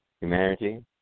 humanity